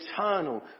eternal